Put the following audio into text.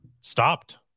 stopped